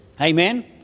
Amen